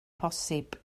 posib